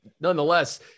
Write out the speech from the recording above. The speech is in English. nonetheless